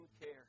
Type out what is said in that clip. care